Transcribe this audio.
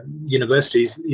universities